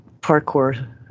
parkour